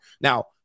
Now